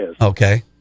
Okay